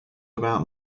about